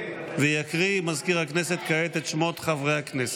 ויקריא מזכיר הכנסת כעת את שמות חברי הכנסת.